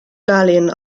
darlehen